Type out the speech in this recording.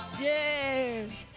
Yay